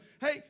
hey